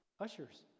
ushers